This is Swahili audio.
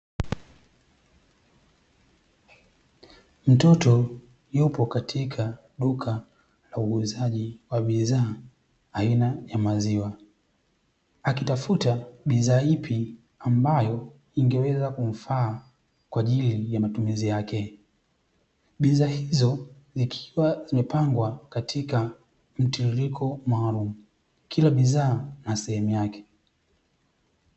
Mtoto yupo katika duka la uuzaji wa bidhaa aina ya maziwa, akitafuta bidhaa ipi ingeweza kumfaa kwa ajili ya matumizi yake, bidhaa hizo zikiwa zimepangwa katika mtiririko maalumu kila bidhaa na sehemu yake.